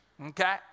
Okay